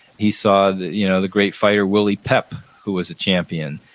he saw the you know the great fighter willie pep, who was a champion,